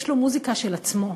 יש לו מוזיקה של עצמו,